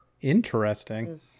Interesting